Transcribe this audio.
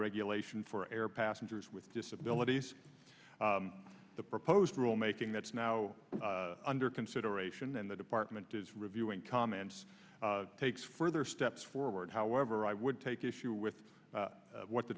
regulation for air passengers with disabilities the proposed rule making that's now under consideration and the department is reviewing comments takes further steps forward however i would take issue with what the